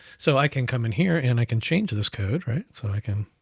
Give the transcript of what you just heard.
so i can come in here, and i can change this code, right? so i can,